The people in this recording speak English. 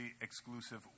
exclusive